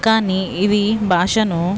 కాని ఇది భాషను